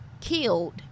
killed